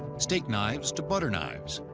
steak knives to butter knives.